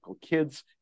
Kids